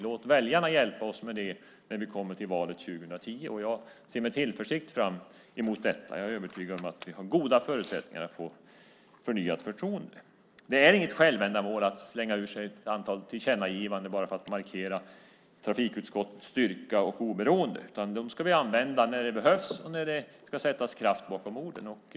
Låt väljarna hjälpa oss med det när vi kommer till valet 2010. Jag ser med tillförsikt fram emot detta. Jag är övertygad om att vi har goda förutsättningar att få förnyat förtroende. Det är inget självändamål att slänga ur sig ett antal tillkännagivanden bara för att markera trafikutskottets styrka och oberoende. Dem ska vi använda när det behövs och när det ska sättas kraft bakom orden.